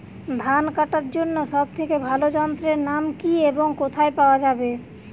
ধান কাটার জন্য সব থেকে ভালো যন্ত্রের নাম কি এবং কোথায় পাওয়া যাবে?